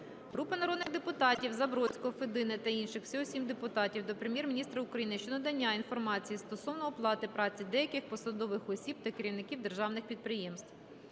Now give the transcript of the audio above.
Групи народних депутатів (Забродського, Федини та інших. Всього 7 депутатів) до Прем'єр-міністра України щодо надання інформації стосовно оплати праці деяких посадових осіб та керівників державних підприємств.